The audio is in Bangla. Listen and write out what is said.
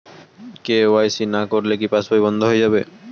কে.ওয়াই.সি না করলে কি পাশবই বন্ধ হয়ে যাবে?